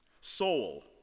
Soul